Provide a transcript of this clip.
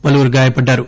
పలువురు గాయపడ్డారు